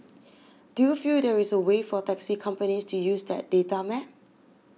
do you feel there is a way for taxi companies to use that data map